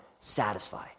satisfy